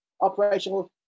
operational